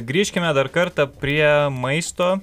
grįžkime dar kartą prie maisto